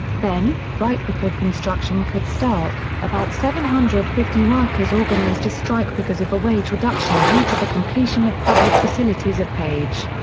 then, right before construction could start, about seven hundred and fifty workers organized a strike because of a wage reduction due to the completion of public facilities at page.